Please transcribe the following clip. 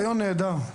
רעיון נהדר.